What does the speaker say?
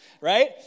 right